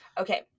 Okay